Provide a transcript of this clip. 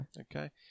Okay